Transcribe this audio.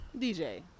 DJ